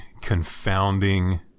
confounding